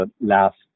last